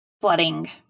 flooding